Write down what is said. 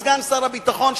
סגן שר הביטחון,